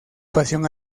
pasión